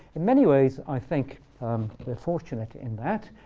in many ways i think we're fortunate in that.